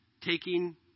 Taking